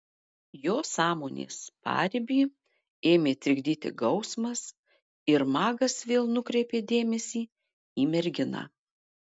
jo sąmonės paribį ėmė trikdyti gausmas ir magas vėl nukreipė dėmesį į merginą